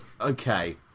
Okay